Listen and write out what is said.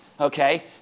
okay